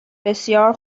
بسیار